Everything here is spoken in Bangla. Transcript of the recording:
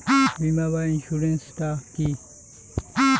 বিমা বা ইন্সুরেন্স টা কি?